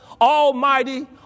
almighty